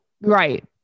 Right